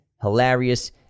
hilarious